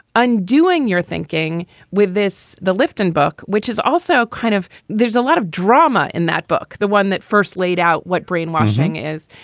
undoing your thinking with this. the liftin book, which is also kind of there's a lot of drama in that book, the one that first laid out what brainwashing is.